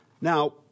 Now